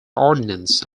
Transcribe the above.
ordinance